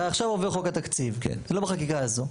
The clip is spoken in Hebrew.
הרי עכשיו עובר חוק התקציב, לא בחקיקה הזו,